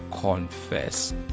confess